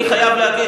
אני חייב להגיד,